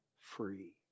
free